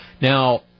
Now